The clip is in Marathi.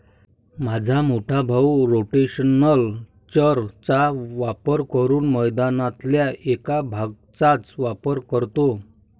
माझा मोठा भाऊ रोटेशनल चर चा वापर करून मैदानातल्या एक भागचाच वापर करतो